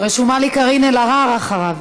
רשומה לי קארין אלהרר אחריו.